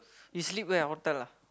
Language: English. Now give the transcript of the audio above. you sleep where hotel ah